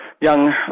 young